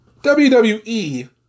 WWE